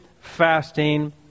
fasting